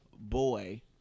boy